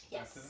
Yes